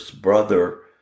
brother